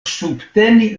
subteni